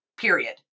period